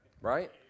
right